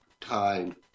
time